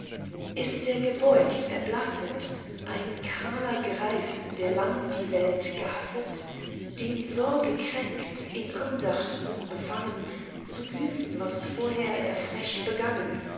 ist er gebeugt erblasset ein kahler greis der lang die welt gehasset den sorge kränkt in andacht nun befangen zu büßen was vorher er frech begangen